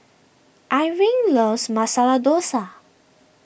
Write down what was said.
Irving loves Masala Dosa